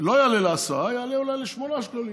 לא יעלה לעשרה, יעלה אולי לשמונה שקלים.